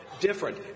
different